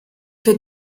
für